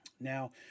Now